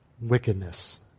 wickedness